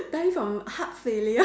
die from heart failure